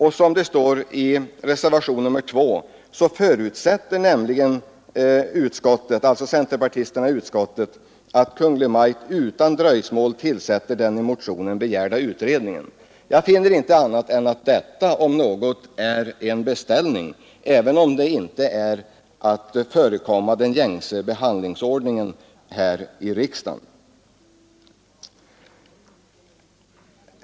Centerledamöterna i utskottet förutsätter, som det står i reservationen 2, ”att Kungl. Maj:t utan dröjsmål tillsätter den i motionen begärda utredningen”. Jag finner inte annat än att detta, om något, är en beställning av en utredning av Kungl. Maj:t — samtidigt som det inte utgör ett frångående av gängse behandlingsordning här i riksdagen.